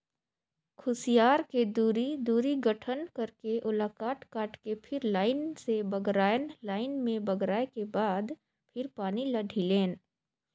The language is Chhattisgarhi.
खुसियार के दूरी, दूरी गठन करके ओला काट काट के फिर लाइन से बगरायन लाइन में बगराय के बाद फिर पानी ल ढिलेन